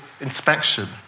inspection